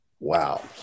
Wow